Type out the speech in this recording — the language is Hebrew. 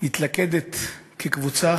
מתלכדת כקבוצה